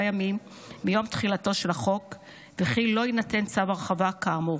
ימים מיום תחילתו של החוק וכי לא יינתן צו הרחבה כאמור